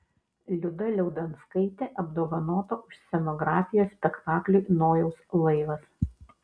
liuda liaudanskaitė apdovanota už scenografiją spektakliui nojaus laivas